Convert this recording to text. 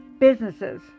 Businesses